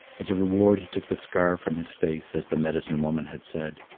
as a reward, he took the scar from his face, as the medicine-woman had said.